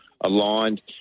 aligned